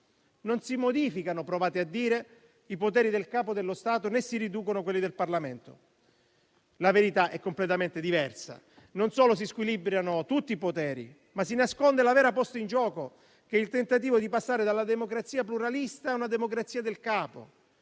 Non si modificano - provate a dire - i poteri del Capo dello Stato, né si riducono quelli del Parlamento. La verità è completamente diversa: non solo si squilibrano tutti i poteri, ma si nasconde la vera posta in gioco, che è il tentativo di passare dalla democrazia pluralista a una democrazia del capo.